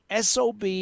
SOB